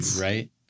right